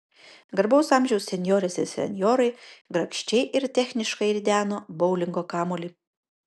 garbaus amžiaus senjorės ir senjorai grakščiai ir techniškai rideno boulingo kamuolį